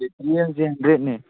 battery ꯍꯦꯜꯠꯁꯦ ꯍꯟꯗ꯭ꯔꯦꯗꯅꯤ